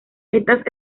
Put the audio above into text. estas